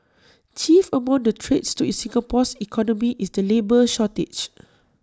chief among the threats to Singapore's economy is the labour shortage